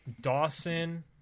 Dawson